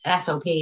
SOP